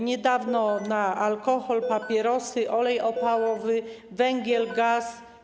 Niedawno na alkohol, papierosy, olej opałowy, węgiel, gaz.